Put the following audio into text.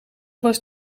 was